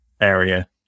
area